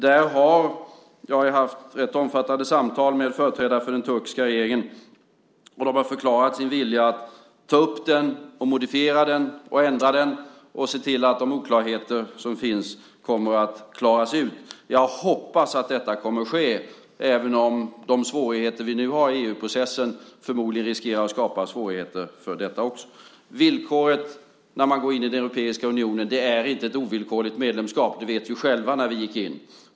Där har jag haft rätt omfattande samtal med företrädare för den turkiska regeringen, och de har förklarat sin vilja att ta upp denna, modifiera den och ändra den samt se till att de oklarheter som finns kommer att klaras ut. Jag hoppas att detta kommer att ske även om de svårigheter vi nu har i EU-processen förmodligen riskerar att skapa svårigheter för detta också. När man går med i den europeiska unionen är det inte fråga om ett ovillkorligt medlemskap. Vi vet ju själva hur det var när vi gick in.